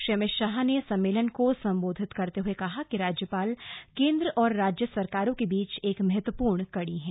श्री अमित शाह ने सम्मेलन को सम्बोमधत करते हुए कहा कि राज्यपाल केन्द्र और राज्य सरकारों के बीच एक महत्वपूर्ण कड़ी हैं